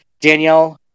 Danielle